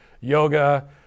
yoga